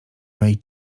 mej